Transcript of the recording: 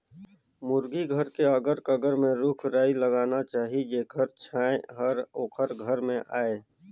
मुरगी घर के अगर कगर में रूख राई लगाना चाही जेखर छांए हर ओखर घर में आय